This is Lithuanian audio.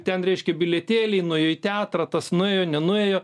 ten reiškia bilietėliai nuėjo į teatrą tas nuėjo nenuėjo